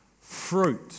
fruit